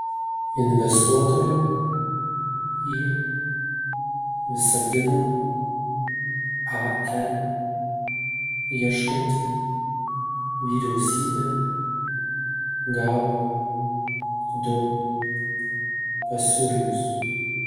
investuotojo į visagino ae ieškanti vyriausybė gavo du pasiūlymus